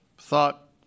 thought